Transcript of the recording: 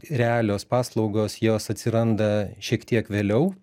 realios paslaugos jos atsiranda šiek tiek vėliau